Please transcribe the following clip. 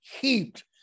heaped